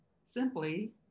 simply